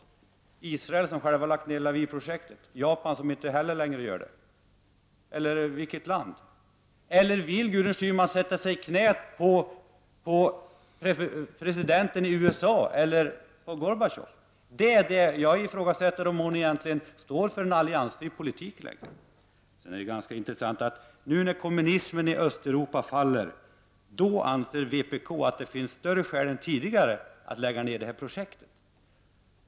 Är det Israel, som själv har lagt ner ett projekt, eller Japan, som inte heller längre har egen utveckling — eller vilket annat land? Eller vill Gudrun Schyman sätta sig i knät på presidenten i USA eller på Gorbatjov? Jag ifrågasätter om hon egentligen står för en alliansfri politik. Sedan är det ganska intressant att nu, när kommunismen i Östeuropa faller, anser vpk att det finns större skäl än tidigare att lägga ner det här projektet.